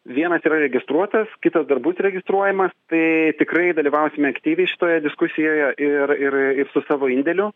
vienas yra registruotas kitas dar bus registruojamas tai tikrai dalyvausime aktyviai šitoje diskusijoje ir ir ir su savo indėliu